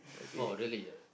orh really ah